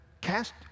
cast